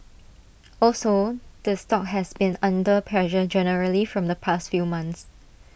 also the stock has been under pressure generally from the past few months